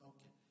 Okay